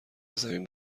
زمین